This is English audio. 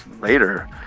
later